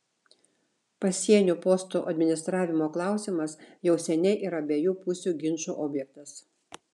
pasienio postų administravimo klausimas jau seniai yra abiejų pusių ginčų objektas